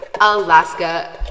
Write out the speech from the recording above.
Alaska